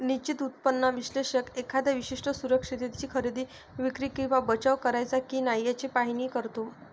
निश्चित उत्पन्न विश्लेषक एखाद्या विशिष्ट सुरक्षिततेची खरेदी, विक्री किंवा बचाव करायचा की नाही याचे पाहणी करतो